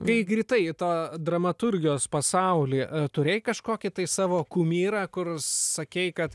kai įkritai į tą dramaturgijos pasaulį turėjai kažkokį tai savo kumyrą kur sakei kad